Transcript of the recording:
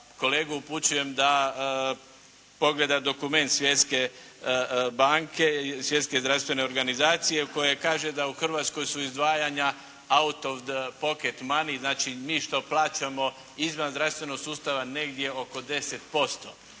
Kolegu upućujem da pogleda dokument Svjetske banke, Svjetske zdravstvene organizacije u kojoj kaže da u Hrvatskoj su izdvajanja auto poket manny. Znači, mi što plaćamo izvan zdravstvenog sustava negdje oko 10%.